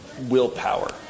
willpower